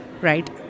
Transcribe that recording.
right